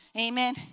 amen